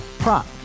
Prop